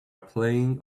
playing